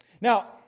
now